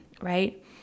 right